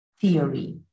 theory